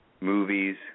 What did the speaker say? movies